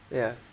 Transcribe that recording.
yeah